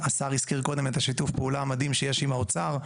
השר הזכיר קודם את שיתוף הפעולה המדהים שיש עם האוצר,